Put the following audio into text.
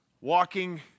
walking